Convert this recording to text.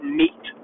meet